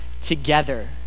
together